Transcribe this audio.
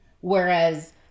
Whereas